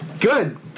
Good